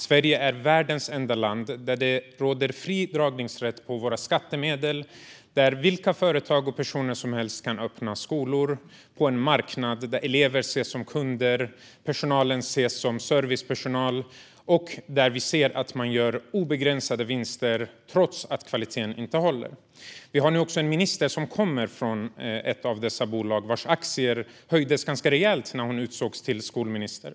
Sverige är världens enda land där det råder fri dragningsrätt på våra skattemedel, där vilka företag och personer som helst kan öppna skolor på en marknad där elever ses som kunder och personalen som servicepersonal och där vi ser att man gör obegränsade vinster trots att kvaliteten inte håller. Vi har nu en minister som kommer från ett av dessa bolag vars aktier höjdes ganska rejält när hon utsågs till skolminister.